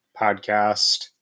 podcast